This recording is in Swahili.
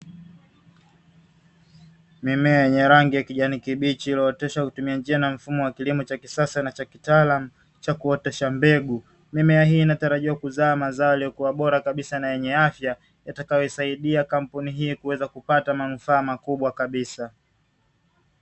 Mimea yenye rangi ya kijani kibichi, iliyooteshwa kwa kutumia njia na mfumo wa kilimo cha kisasa na cha kitaalamu, cha kuotosha mbegu. Mimea hii inatarajiwa kuzaa mazao kwa ubora kabisa na yenye afya, yatakayosaidia kampuni hii kuweza kupata manufaa makubwa kabisa.